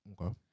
Okay